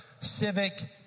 civic